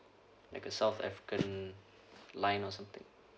like a south african line or something